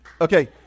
okay